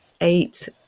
eight